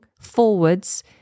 forwards